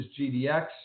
GDX